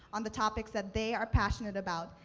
on the topics that they are passionate about.